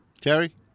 Terry